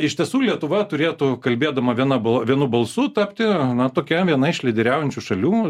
iš tiesų lietuva turėtų kalbėdama viena ba vienu balsu tapti tokia viena iš lyderiaujančių šalių